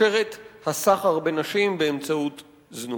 שרשרת הסחר בנשים באמצעות זנות.